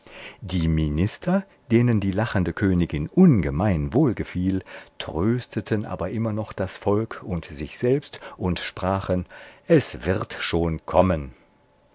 die minister denen die lachende königin ungemein wohlgefiel trösteten aber immer noch das volk und sich selbst und sprachen es wird schon kommen